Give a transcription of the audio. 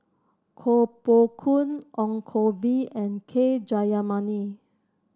Koh Poh Koon Ong Koh Bee and K Jayamani